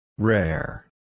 Rare